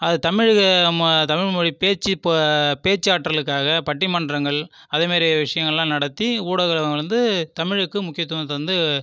அது தமிழ் மொ தமிழ்மொழி பேச்சு பொ பேச்சாற்றலுக்காக பட்டிமன்றங்கள் அதேமாரி விஷயங்கள்லாம் நடத்தி ஊடகங்கள் வந்து தமிழுக்கு முக்கியத்துவம் தந்து